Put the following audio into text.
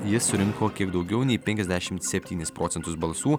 jis surinko kiek daugiau nei penkiasdešimt septynis procentus balsų